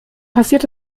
passiert